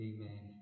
Amen